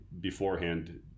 beforehand